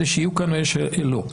אלה שיהיו כאן ואלה שלא,